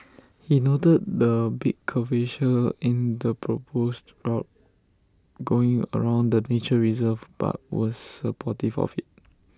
he noted the big curvature in the proposed route going around the nature reserve but was supportive of IT